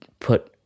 put